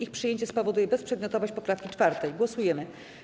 Ich przyjęcie spowoduje bezprzedmiotowość poprawki 4. Głosujemy.